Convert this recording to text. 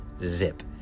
Zip